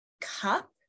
cup